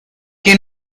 que